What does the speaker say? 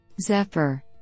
Zephyr